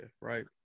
right